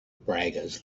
braggers